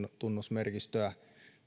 tunnusmerkistöä